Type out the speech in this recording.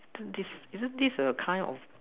isn't this isn't this a kind of